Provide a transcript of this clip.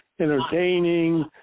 Entertaining